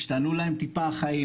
השתנו להם טיפה החיים.